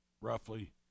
roughly